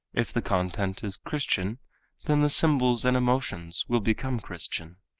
if the content is christian then the symbols and emotions will become christian.